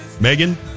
Megan